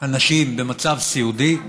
אנשים במצב סיעודי,